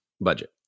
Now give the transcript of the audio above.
budget